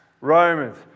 Romans